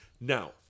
now